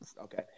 okay